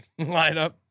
lineup